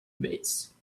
vase